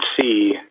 see